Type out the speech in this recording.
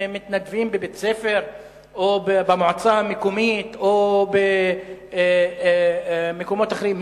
מתנדבים בבית-ספר או במועצה המקומית או במקומות אחרים,